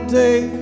day